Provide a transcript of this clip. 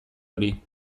hori